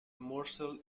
morsel